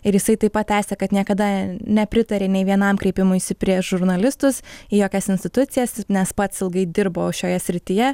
ir jisai taip pat tęsia kad niekada nepritarė nei vienam kreipimuisi prieš žurnalistus į jokias institucijas nes pats ilgai dirbo šioje srityje